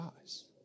eyes